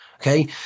Okay